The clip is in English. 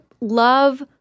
love